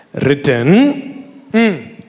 written